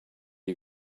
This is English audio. you